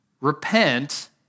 repent